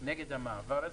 נגד המעבר הזה.